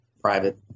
private